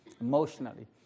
emotionally